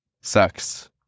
sucks